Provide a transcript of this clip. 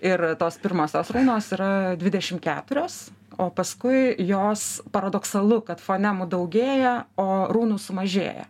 ir tos pirmosios runos yra dvidešim keturios o paskui jos paradoksalu kad fonemų daugėja o runų sumažėja